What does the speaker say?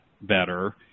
better